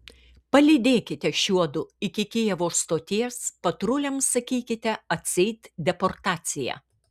palydėkite šiuodu iki kijevo stoties patruliams sakykite atseit deportacija